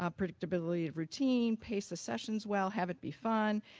um predictability of routine, pace the sessions well, have it be fun,